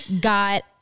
got